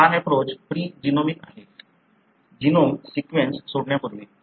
हा approach pre genomic आहे genome sequence सोडण्यापूर्वी